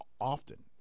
often